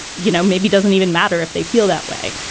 you know, maybe doesn't even matter if they feel that way.